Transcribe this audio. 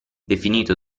definito